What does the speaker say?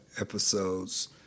episodes